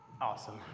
Awesome